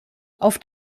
auf